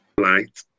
light